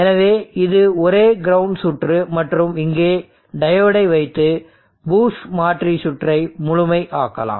எனவே இது ஒரே கிரவுண்ட் சுற்று மற்றும் இங்கே டையோடை வைத்து பூஸ்ட் மாற்றி சுற்றை முழுமை ஆக்கலாம்